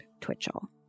Twitchell